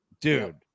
Dude